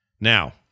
Now